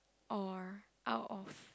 or out of